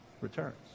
returns